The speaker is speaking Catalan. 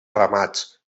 ramats